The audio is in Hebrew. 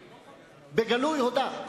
בגלוי, הודה.